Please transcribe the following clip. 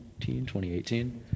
2018